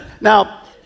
Now